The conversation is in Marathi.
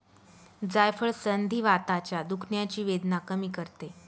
जायफळ संधिवाताच्या दुखण्याची वेदना कमी करते